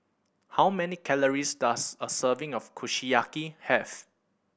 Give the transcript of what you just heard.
how many calories does a serving of Kushiyaki have